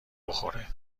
بخوره